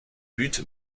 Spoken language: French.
but